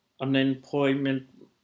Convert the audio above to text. unemployment